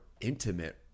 intimate